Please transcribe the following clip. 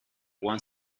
one